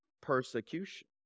persecution